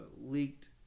leaked